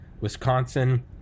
Wisconsin